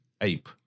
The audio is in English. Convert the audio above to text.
ape